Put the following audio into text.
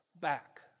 back